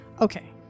Okay